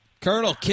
Colonel